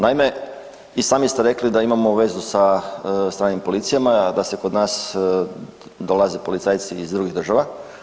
Naime, i sami ste rekli da imamo vezu sa stranim policijama, da se kod nas dolaze policajci iz drugih država.